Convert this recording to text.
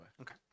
Okay